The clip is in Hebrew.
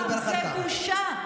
חוצפה.